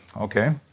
Okay